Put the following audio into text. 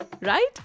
right